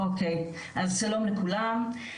אוקי, אז שלום לכולם.